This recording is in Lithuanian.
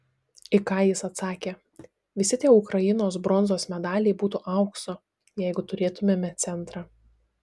į ką jis atsakė visi tie ukrainos bronzos medaliai būtų aukso jeigu turėtumėme centrą